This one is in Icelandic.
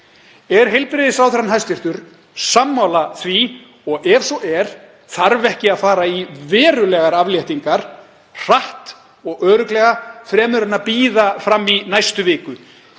heilbrigðisráðherra sammála því? Og ef svo er, þarf ekki að fara í verulegar afléttingar hratt og örugglega fremur en að bíða fram í næstu viku?